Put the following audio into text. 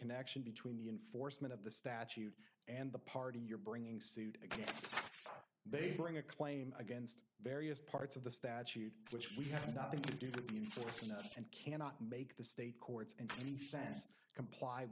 connection between the enforcement of the statute and the party you're bringing suit against they bring a claim against various parts of the statute which we have nothing to do with be unfortunate and cannot make the state courts and any sense comply